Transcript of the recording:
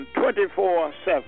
24-7